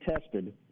tested